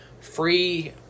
free